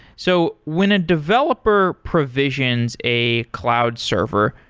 so when a developer provisions a cloud server,